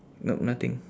nope nothing